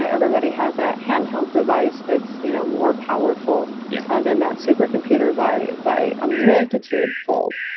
ah everybody has a hand-held device that's you know more powerful yeah than that supercomputer by by a multitude fold.